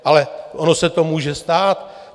Ale ono se to může stát.